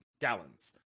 Gallons